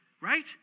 right